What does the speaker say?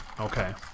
Okay